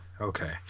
Okay